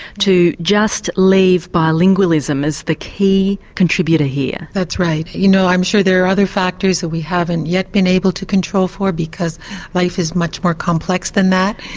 to just leave bilingualism as the key contributor here? that's right you know i'm sure there are other factors that we haven't yet been able to control for, because life is much more complex than that,